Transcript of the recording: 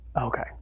Okay